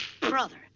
Brother